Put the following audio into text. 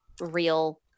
real